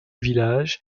village